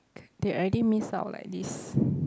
they already miss out like this